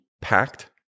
packed